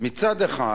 מצד אחד